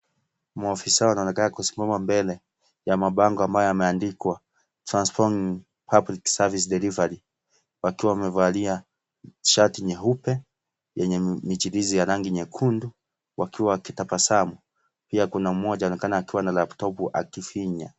Maafisa wamesimama mbele ya mabango ambayo yameandikwa (cs) Transform public service delivery (cs) wakiwa wamevalia shati nyeupe yenye michirizi ya rangi nyekundu wakiwa wakitabasamu pia kuna mmoja anaonekana akiwa na laputopu akifinya.